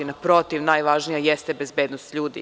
Naprotiv, najvažnija jeste bezbednost ljudi.